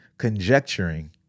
Conjecturing